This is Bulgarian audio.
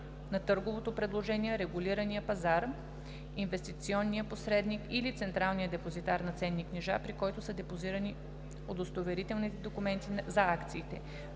на търговото предложение регулирания пазар, инвестиционния посредник или централния депозитар на ценни книжа, при който са депозирани удостоверителните документи за акциите.